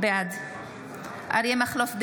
בעד אריה מכלוף דרעי,